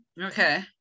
Okay